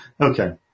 Okay